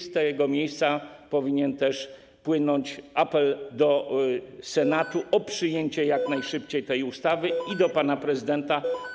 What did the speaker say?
Z tego miejsca powinien też płynąć apel do Senatu o przyjęcie jak najszybciej tej ustawy i do pana prezydenta.